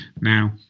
Now